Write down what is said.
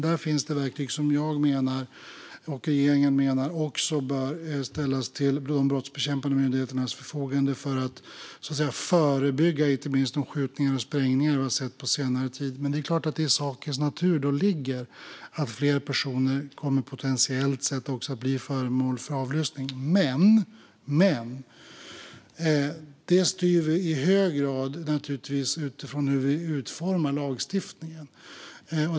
Där finns verktyg som regeringen och jag menar också bör ställas till de brottsbekämpande myndigheternas förfogande för att förebygga inte minst de skjutningar och sprängningar vi har sett på senare tid. Det ligger i sakens natur att fler personer potentiellt sett kommer att bli föremål för avlyssning. Men detta styr vi i hög grad utifrån hur vi utformar lagstiftningen.